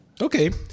Okay